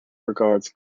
regards